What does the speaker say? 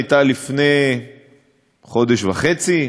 הייתה לפני חודש וחצי,